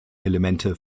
elemente